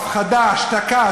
הפחדה, השתקה.